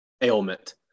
ailment